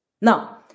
Now